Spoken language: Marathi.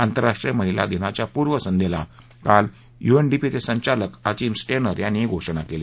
आंतरराष्ट्रीय महिला दिनाच्या पूर्व संध्येला काल यूएनडीपीचे संचालक अचिम स्टेनर यांनी ही घोषणा केली